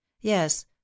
yes